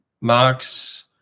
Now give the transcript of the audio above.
Marx